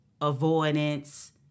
avoidance